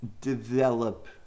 develop